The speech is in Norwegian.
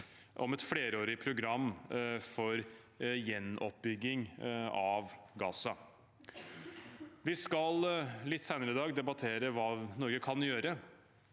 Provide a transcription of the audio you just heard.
om et flerårig program for gjenoppbygging av Gaza. Litt senere i dag skal vi debattere hva Norge kan gjøre